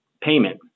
payment